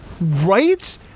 right